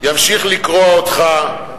ימשיך לקרוע אותך,